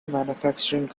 manufacturing